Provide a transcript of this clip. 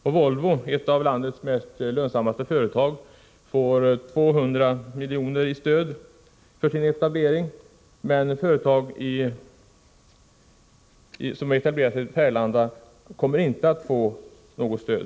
Och Volvo, ett av landets lönsammaste företag, får 200 miljoner i stöd för sin etablering, men företag som etablerar sig i Färgelanda kommer inte att få något stöd.